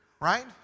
right